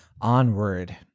Onward